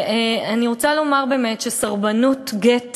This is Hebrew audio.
אני רוצה לומר שסרבנות גט